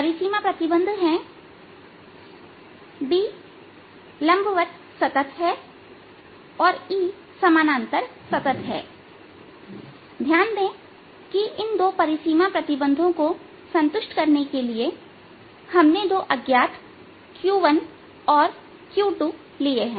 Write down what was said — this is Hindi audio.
परिसीमा प्रतिबंध हैDसतत है और E सतत है और ध्यान दें कि इन दो परिसीमा प्रतिबंधों को संतुष्ट करने के लिए हमने दो अज्ञात q1 और q2लिए हैं